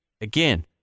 again